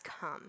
come